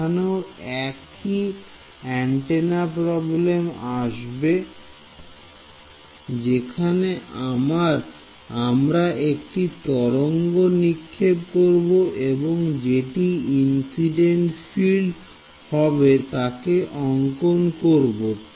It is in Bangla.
এখানেও একই অ্যান্টেনা প্রবলেম আসবে যেখানে আমরা একটি তরঙ্গ নিক্ষেপ করব এবং যেটি ইনসিডেন্ট ফিল্ড হবে তাকে অংকন করব